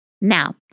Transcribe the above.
Now